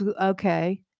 okay